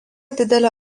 didelė